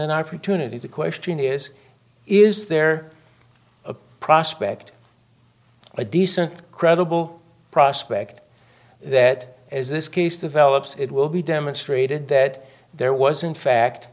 an opportunity to question is is there a prospect a decent credible prospect that as this case develops it will be demonstrated that there